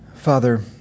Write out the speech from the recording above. Father